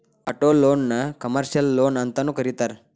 ಆಟೊಲೊನ್ನ ಕಮರ್ಷಿಯಲ್ ಲೊನ್ಅಂತನೂ ಕರೇತಾರ